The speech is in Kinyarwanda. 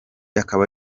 akaba